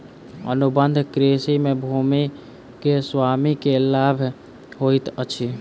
अनुबंध कृषि में भूमि के स्वामी के लाभ होइत अछि